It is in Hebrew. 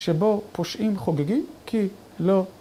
שבו פושעים חוגגים, כי לא...